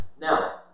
Now